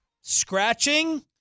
Scratching